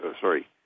sorry